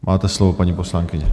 Máte slovo, paní poslankyně.